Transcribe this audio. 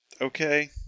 Okay